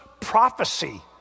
prophecy